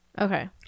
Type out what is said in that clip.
Okay